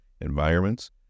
environments